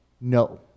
No